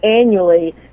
annually